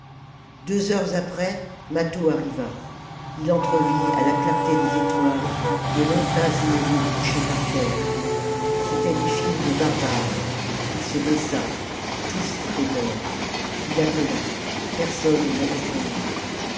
deux heures après mâtho arriva ii entrevit à la clarté des étoiles de longs tas inégaux couchés par terre c'étaient des files de barbares ii se baissa tous étaient morts ii appela personne ne répondit